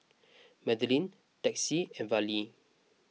Madlyn Texie and Vallie